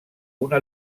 una